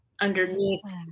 underneath